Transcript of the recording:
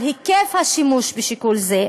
על היקף השימוש בשיקול זה,